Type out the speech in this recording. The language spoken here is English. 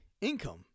income